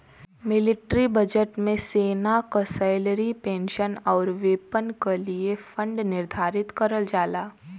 military budget में सेना क सैलरी पेंशन आउर वेपन क लिए फण्ड निर्धारित करल जाला